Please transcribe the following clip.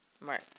right